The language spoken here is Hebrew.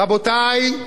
רבותי,